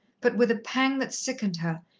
but with a pang that sickened her,